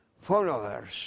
followers